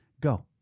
Go